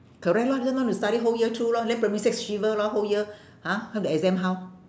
correct lor then don't want to study whole year through lor then primary six shiver lor whole year !huh! how the exam how